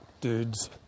dudes